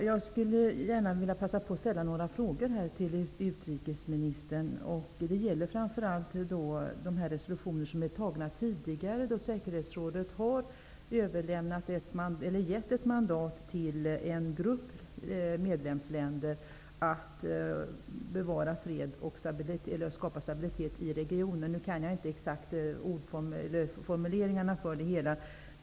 Herr talman! Jag vill passa på att ställa några frågor till utrikesministern. Det gäller framför allt de resolutioner som tidigare har antagits, då säkerhetsrådet gav ett mandat till en grupp medlemsländer att bevara fred och skapa stabilitet i regionen -- jag känner inte till de exakta formuleringarna.